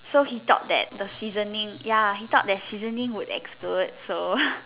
so he thought that the seasoning ya he thought that seasoning would explode so